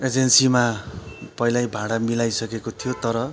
एजेन्सीमा पहिल्यै भाडा मिलाइसकेको थियो तर